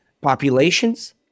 populations